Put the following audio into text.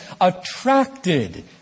attracted